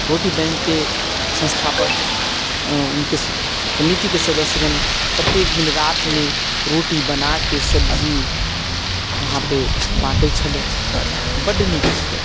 रोटी बैंकके संस्थापक उनके कमिटीके सदस्यगण प्रत्येक दिन रातिमे रोटी बनाके सब्जी वहाँपे बाँटैत छलै बड्ड नीक छै